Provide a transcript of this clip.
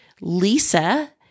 lisa